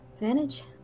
advantage